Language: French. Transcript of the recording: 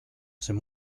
c’est